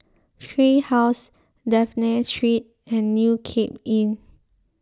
Tree House Dafne Street and New Cape Inn